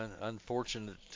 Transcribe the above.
unfortunate